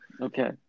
Okay